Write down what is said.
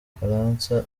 bufaransa